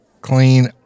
clean